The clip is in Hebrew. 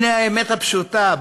הנה האמת הפשוטה,